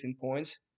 points